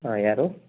ಹಾಂ ಯಾರು